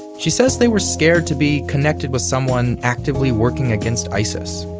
she says they were scared to be connected with someone actively working against isis